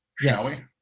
Yes